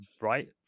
right